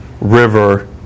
River